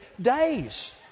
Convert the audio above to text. days